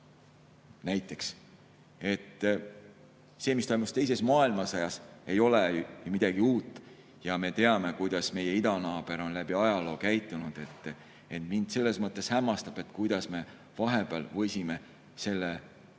näiteks. See, mis toimus teises maailmasõjas, ei ole midagi uut. Ja me teame, kuidas meie idanaaber on läbi ajaloo käitunud. Mind selles mõttes hämmastab, kuidas me vahepeal võisime selle oma